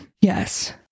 Yes